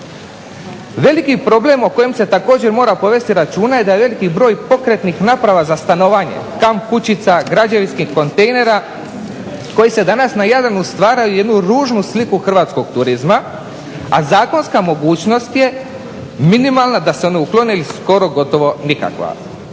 Veliki problem o kojem se također mora povesti računa je da je veliki broj pokretnih naprava za stanovanje, kamp kućica, građevinskih kontejnera, koji danas na Jadranu stvaraju jednu ružnu sliku hrvatskog turizma, a zakonska mogućnost je minimalna da se one uklone skoro gotovo nikakva.